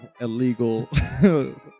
illegal